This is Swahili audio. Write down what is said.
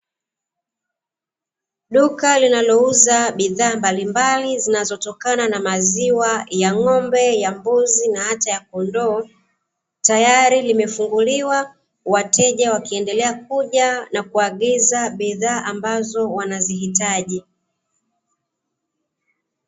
Duka linalouza bidhaa mbalimbali zinazotokana na maziwa ya ng'ombe, ya mbuzi na hata ya kondoo, tayari limefunguliwa, wateja wakiendelea kuja na kuagiza bidhaa ambazo wanazihitaji.